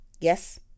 yes